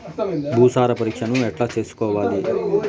భూసార పరీక్షను ఎట్లా చేసుకోవాలి?